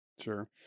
Sure